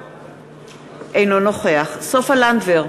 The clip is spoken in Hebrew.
אינו נוכח סופה לנדבר,